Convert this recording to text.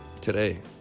Today